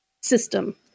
system